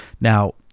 Now